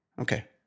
Okay